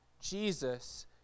Jesus